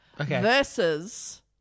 Versus